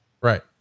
Right